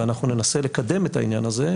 ואנחנו ננסה לקדם את העניין הזה,